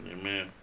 Amen